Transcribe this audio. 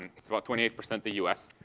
it's about twenty eight percent the us.